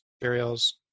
materials